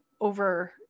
over